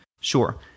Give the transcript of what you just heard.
Sure